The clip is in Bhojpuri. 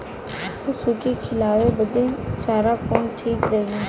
पशु के खिलावे बदे चारा कवन ठीक रही?